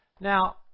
Now